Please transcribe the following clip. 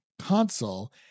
console